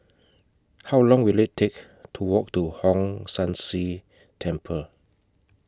How Long Will IT Take to Walk to Hong San See Temple